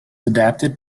adapted